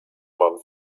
mam